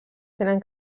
tenen